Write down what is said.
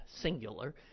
singular